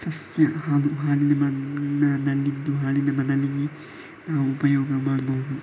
ಸಸ್ಯ ಹಾಲು ಹಾಲಿನ ಬಣ್ಣದಲ್ಲಿದ್ದು ಹಾಲಿನ ಬದಲಿಗೆ ನಾವು ಉಪಯೋಗ ಮಾಡ್ಬಹುದು